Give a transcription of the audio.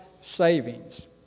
savings